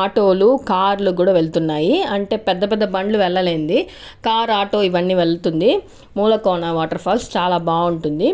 ఆటోలు కార్లు కూడా వెళ్తున్నాయి అంటే పెద్ద పెద్ద బండ్లు వెళ్ళలేనిది కార్ ఆటో ఇవన్నీ వెళ్తుంది మూలకోన వాటర్ ఫాల్స్ చాలా బాగుంటుంది